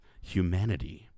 humanity